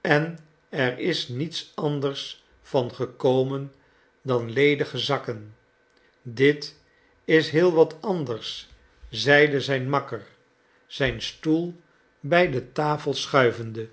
en er is niets anders van gekomen dan ledige zakken dit is heel wat anders zeide zijn makker zijn stoel bij de tafel schuivende